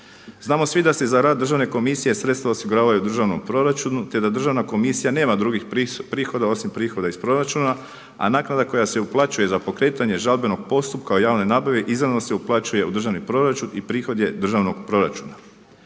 Znamo svi da da se za rad Državne komisije sredstva osiguravaju u državnom proračunu te da Državna komisija nema drugih prihoda osim prihoda iz proračuna a naknada koja se uplaćuje za pokretanje žalbenog postupka u javnoj nabavi izravno se uplaćuje u državni proračun i prihod je državnog proračuna.